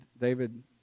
David